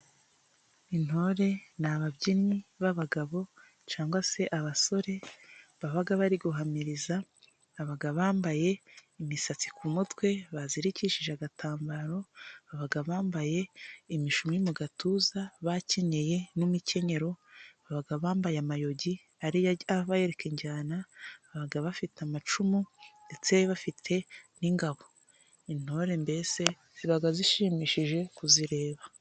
Intore ni ababyinnyi b'abagabo cyangwa se abasore baba bari guhamiriza, baba bambaye imisatsi ku mutwe bazirikishije agatambaro, baba bambaye imishumi mu gatuza bakenyeye n'imikenyero, baba bambaye amayugi, ariyo abereka injyana baba bafite amacumu ndetse bafite n'ingabo intore mbese ziba zishimishije kuzireba.